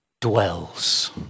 dwells